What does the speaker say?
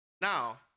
Now